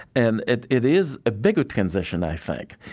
and it, it is a bigger transition i think.